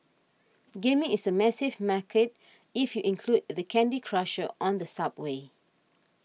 gaming is a massive market if you include the Candy Crushers on the subway